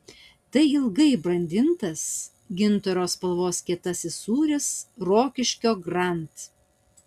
tai ilgai brandintas gintaro spalvos kietasis sūris rokiškio grand